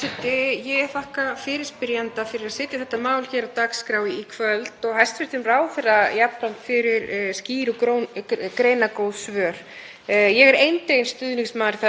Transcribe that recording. Ég er eindreginn stuðningsmaður þess að þetta tæknifræðinám fái að raungerast. Ég hef fylgst með Háskólanum á Akureyri síðan ég var sjálf starfandi við Háskólann á Bifröst,